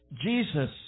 Jesus